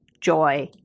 joy